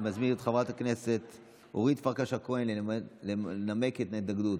מזמין את חברת הכנסת אורית פרקש הכהן לנמק את ההתנגדות,